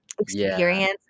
experience